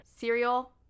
Cereal